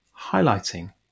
highlighting